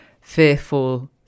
fearful